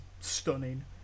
stunning